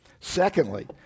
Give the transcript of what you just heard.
Secondly